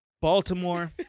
Baltimore